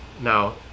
Now